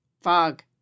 Fog